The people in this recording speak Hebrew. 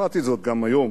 שמעתי זאת גם היום,